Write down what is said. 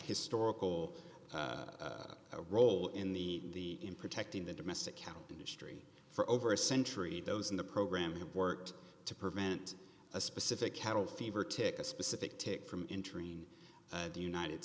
historical role in the in protecting the domestic cow industry for over a century those in the program have worked to prevent a specific cattle fever tick a specific tick from entering the united